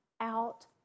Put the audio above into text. out